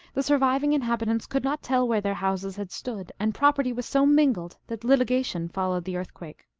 the surviving inhabitants could not tell where their houses had stood, and property was so mingled that litigation followed the earthquake.